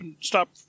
stop